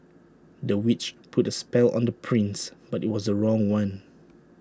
the witch put A spell on the prince but IT was A wrong one